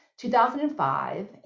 2005